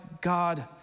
God